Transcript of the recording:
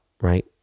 right